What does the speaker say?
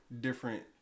different